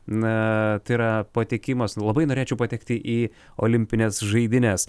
na tai yra patekimas labai norėčiau patekti į olimpines žaidynes